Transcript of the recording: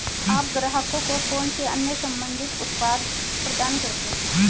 आप ग्राहकों को कौन से अन्य संबंधित उत्पाद प्रदान करते हैं?